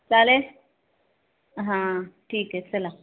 चालेल हां ठीक आहे चला